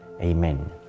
Amen